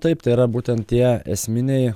taip tai yra būtent tie esminiai